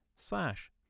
slash